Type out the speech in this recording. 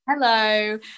Hello